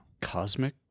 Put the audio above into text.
Cosmic